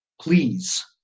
Please